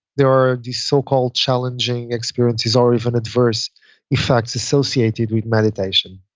there are these so called challenging experiences ah or even adverse effects associated with meditation.